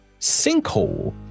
sinkhole